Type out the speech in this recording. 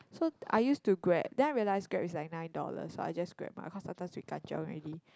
so I used to grab then I realize grab is like nine dollars so I just grab because sometimes we kanchiong already